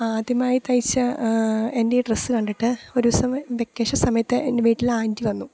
ആദ്യമായി തയ്ച്ച എൻ്റെ ഈ ഡ്രസ്സ് കണ്ടിട്ട് ഒരു വെക്കേഷൻ സമയത്ത് എൻ്റെ വീട്ടിൽ ആൻ്റി വന്നു